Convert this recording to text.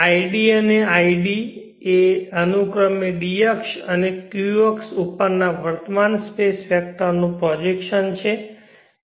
id અને id એ અનુક્રમે d અક્ષ અને q અક્ષ ઉપરના વર્તમાન સ્પેસ વેક્ટરનો પ્રોજેક્શન છે